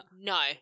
no